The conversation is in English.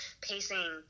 pacing